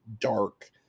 dark